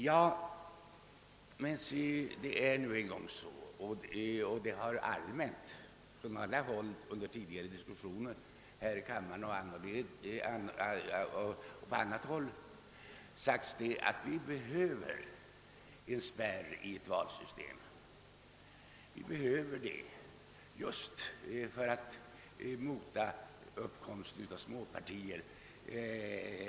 Ja, det är nu en gång så — det har sagts från alla håll under tidigare diskussioner här i kammaren och annorstädes — att vi nödvändigtvis behöver en spärr i valsystemet för att mota uppkomsten av småpartier.